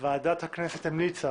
ועדת הכנסת המליצה